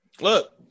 Look